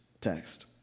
text